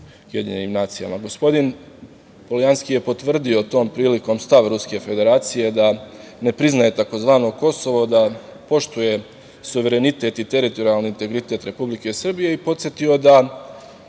na sastanku u UN. Gospodin Poljanski je potvrdio tom prilikom stav Ruske Federacije da ne priznaje tzv. Kosovo, da poštuje suverenitet i teritorijalni integritet Republike Srbije i podsetio da